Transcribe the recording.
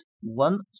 one